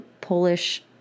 Polish